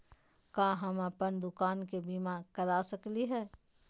का हम अप्पन दुकान के बीमा करा सकली हई?